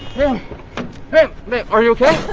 yeah man man are you okay